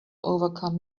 overcome